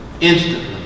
Instantly